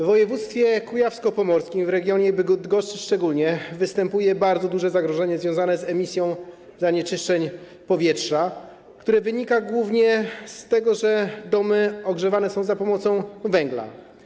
W woj. kujawsko-pomorskim, szczególnie w regionie Bydgoszczy, występuje bardzo duże zagrożenie związane z emisją zanieczyszczeń powietrza, które wynika głównie z tego, że domy ogrzewane są za pomocą węgla.